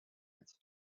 bed